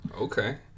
okay